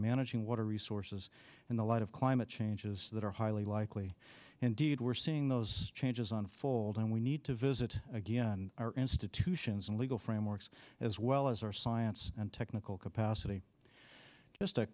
managing water resources in the light of climate changes that are highly likely indeed we're seeing those changes unfold and we need to visit again institutions and legal frameworks as well as our science and technical capacity just a